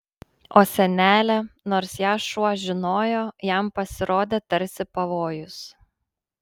o senelė nors ją šuo žinojo jam pasirodė tarsi pavojus